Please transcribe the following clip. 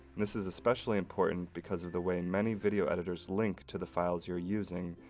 this is especially important because of the way many video editors link to the files you're using,